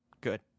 Good